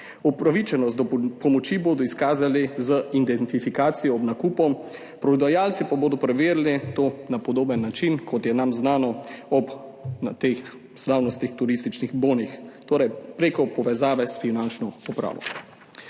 Upravičenost do pomoči bodo izkazali z identifikacijo ob nakupu, prodajalci pa bodo preverili to na podoben način, kot je nam znan ob teh slavnih turističnih bonih, torej preko povezave s finančno upravo.